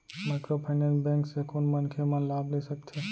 Microfinance bank से कोन मनखे मन लाभ ले सकथे?